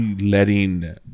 letting